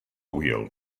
wheel